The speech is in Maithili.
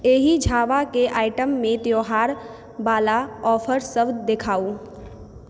एहि झाबा के आइटम मे त्योहार बाला ऑफर सब देखाउ